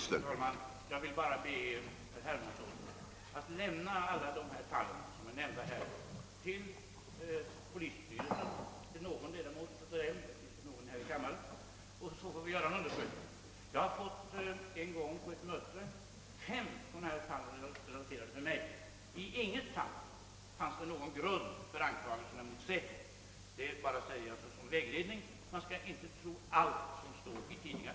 Herr talman! Jag vill be herr Hermansson att lämna alla de fall som har nämnts till rikspolisstyrelsen — det finns någon ledamot av den här i kammaren — så får vi göra en undersökning. Jag har en gång på ett möte fått fem sådana fall relaterade för mig. Inte i något av dem fanns det någon grund för anklagelserna mot SÄPO. Det nämner jag bara såsom vägledning. Man skall inte tro allt som står i tidningar.